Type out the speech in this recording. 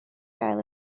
gael